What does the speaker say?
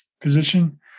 position